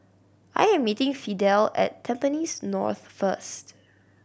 I am meeting Fidel at Tampines North first